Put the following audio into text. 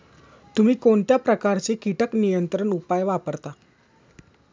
तुम्ही कोणत्या प्रकारचे कीटक नियंत्रण उपाय वापरता?